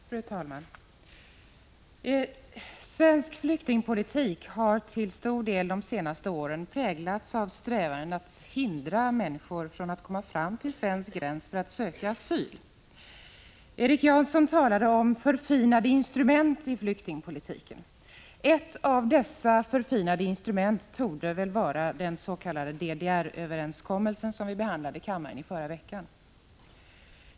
Fru talman! Svensk flyktingpolitik har de senaste åren till stor del präglats av strävanden att hindra människor från att komma fram till svensk gräns för att söka asyl. Erik Janson talade om förfinade instrument i flyktingpolitiken. Ett av dessa förfinade instrument torde vara den s.k. DDR-överenskommelsen, som behandlades i kammaren förra veckan.